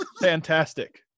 Fantastic